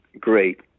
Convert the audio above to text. great